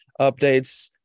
updates